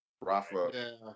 Rafa